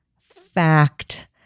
fact